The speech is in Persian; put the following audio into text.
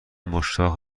مشتاق